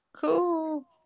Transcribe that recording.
Cool